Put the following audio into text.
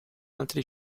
altri